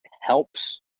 helps